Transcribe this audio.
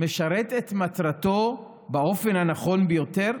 משרת את מטרתו באופן הנכון ביותר?